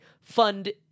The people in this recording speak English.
fund